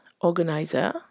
organizer